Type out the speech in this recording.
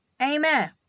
amen